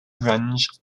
grunge